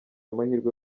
amahirwe